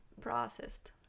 processed